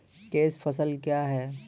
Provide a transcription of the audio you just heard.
Cash फसल क्या हैं?